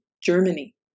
Germany